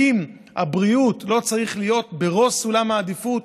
האם הבריאות לא צריכה להיות בראש סולם העדיפויות?